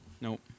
nope